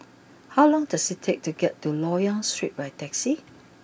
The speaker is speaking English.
how long does it take to get to Loyang Street by taxi